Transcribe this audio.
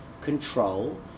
control